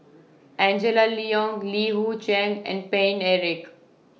Angela Liong Li Hui Cheng and Paine Eric